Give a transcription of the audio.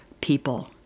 people